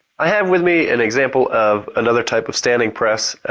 i have with me an example of another type of standing press.